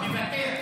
מוותר,